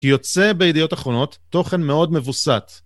‫כי יוצא בידיעות אחרונות ‫תוכן מאוד מווסת.